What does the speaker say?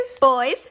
boys